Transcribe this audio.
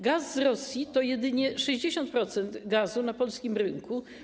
Gaz z Rosji to jedynie 60% gazu na polskim rynku.